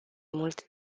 mult